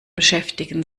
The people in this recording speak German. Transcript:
beschäftigen